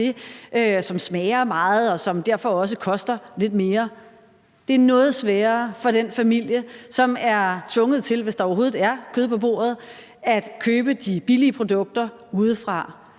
som smager af meget, og som derfor også koster lidt mere. Det er noget sværere for den familie, som er tvunget til at købe de billige produkter udefra,